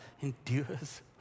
endures